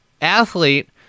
athlete